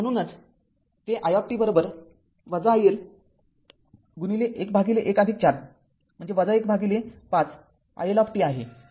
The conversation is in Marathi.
तर म्हणूनच हे i t i L ११४ म्हणजे १५ i L t आहे